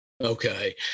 Okay